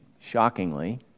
shockingly